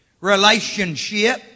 relationship